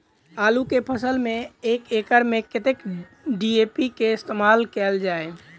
आलु केँ फसल मे एक एकड़ मे कतेक डी.ए.पी केँ इस्तेमाल कैल जाए?